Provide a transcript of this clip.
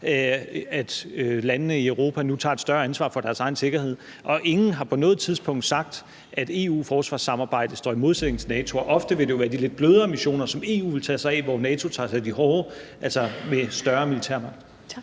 at landene i Europa nu tager et større ansvar for deres egen sikkerhed, og ingen har på noget tidspunkt sagt, at EU-forsvarssamarbejdet står i modsætning til NATO, og ofte vil det jo være de lidt blødere missioner, som EU vil tage sig af, hvor NATO tager sig af de hårde missioner, altså dem med større militær magt. Kl.